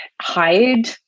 hide